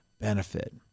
benefit